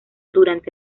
durante